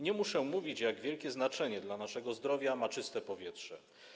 Nie muszę mówić, jak wielkie znaczenie dla naszego zdrowia ma czyste powietrze.